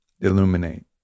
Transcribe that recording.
illuminate